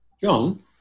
John